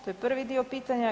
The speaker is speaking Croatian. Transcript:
To je prvi dio pitanja.